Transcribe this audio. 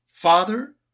Father